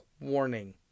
warning